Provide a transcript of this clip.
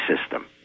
system